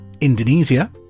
Indonesia